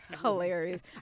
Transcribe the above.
Hilarious